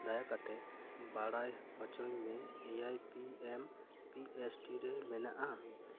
ᱫᱟᱭᱟ ᱠᱟᱛᱮᱫ ᱵᱟᱲᱟᱭ ᱦᱚᱪᱚᱧ ᱢᱮ A I P M P S T ᱨᱮ ᱢᱮᱱᱟᱜᱼᱟ